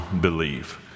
believe